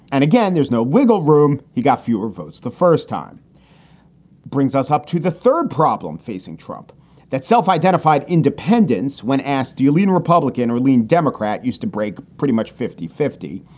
and again, there's no wiggle room. he got fewer votes. the first time brings us up to the third problem facing trump that self-identified independents, when asked, do you lean republican or democrat, used to break pretty much fifty fifty.